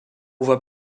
voit